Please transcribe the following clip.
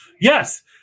Yes